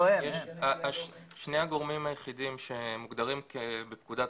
שני הגורמים היחידים שמוגדרים בפקודת